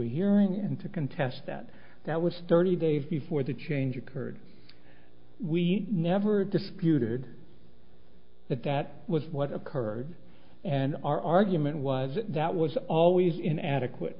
hearing and to contest that that was thirty dave before the change occurred we never disputed that that was what occurred and our argument was that was always in adequate